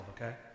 okay